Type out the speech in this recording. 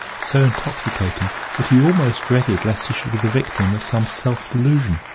so intoxicating that he almost dreaded lest he should be the victim of some self-delusion.